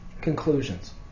conclusions